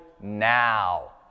now